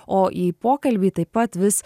o į pokalbį taip pat vis